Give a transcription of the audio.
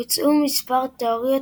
הוצעו מספר תיאוריות,